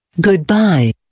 goodbye